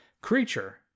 creature